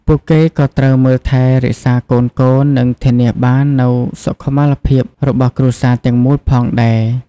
ពួកគេក៏ត្រូវមើលថែរក្សាកូនៗ និងធានាបាននូវសុខុមាលភាពរបស់គ្រួសារទាំងមូលផងដែរ។